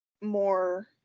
more